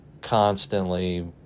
constantly